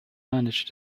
managed